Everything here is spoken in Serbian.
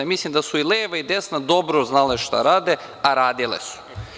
Mislim da su i leva i desna dobro znale šta rade, a radile su.